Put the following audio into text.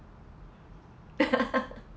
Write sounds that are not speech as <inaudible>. <laughs>